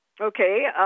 Okay